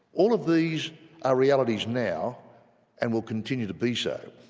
all of these are realities now and will continue to be so.